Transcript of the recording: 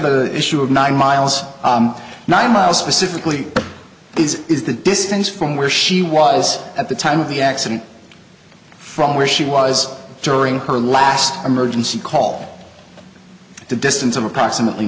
the issue of nine miles nine miles specifically these is the distance from where she was at the time of the accident from where she was during her last emergency call the distance of approximately